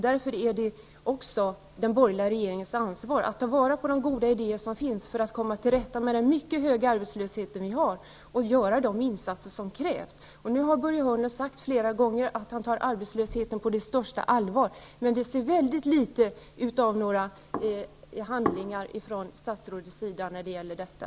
Därför är det också den borgerliga regeringens ansvar att ta vara på de goda idéer som finns för att komma till rätta med den mycket höga arbetslöshet som vi har och göra de insatser som krävs. Nu har Börje Hörnlund sagt flera gånger att han tar arbetslösheten på det största allvar. Men vi har sett väldigt litet handling från statsrådets sida.